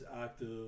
active